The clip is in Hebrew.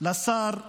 לשר הזה,